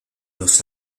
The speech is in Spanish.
los